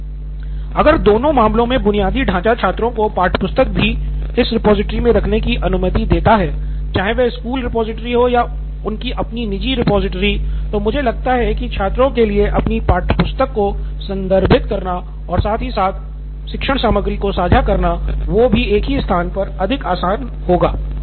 सिद्धार्थ मटूरी अगर दोनों मामलों में बुनियादी ढाँचा छात्रों को पाठ्यपुस्तक भी इस रिपॉजिटरी में रखने की अनुमति देता है चाहे वे स्कूल रिपॉजिटरी हो या उनकी अपनी निजी रिपॉजिटरी तो मुझे लगता है कि छात्रों के लिए अपनी पाठ्यपुस्तक को संदर्भित करना और साथ ही साथ सामग्री को साझा करना वो भी एक ही स्थान पर अधिक आसान होगा